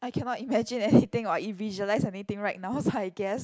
I cannot imagine anything or I visualise anything right now so I guess